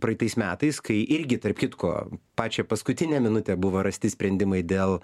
praeitais metais kai irgi tarp kitko pačią paskutinę minutę buvo rasti sprendimai dėl